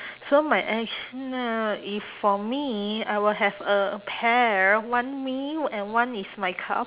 so my action uh if for me I will have a pair one me and one is my cou~